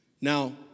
Now